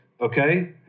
Okay